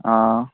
ആ